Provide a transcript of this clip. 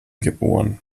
geboren